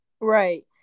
right